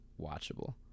watchable